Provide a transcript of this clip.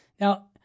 Now